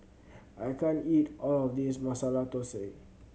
I can't eat all of this Masala Dosa